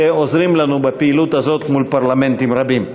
שעוזרים לנו בפעילות הזאת מול פרלמנטים רבים.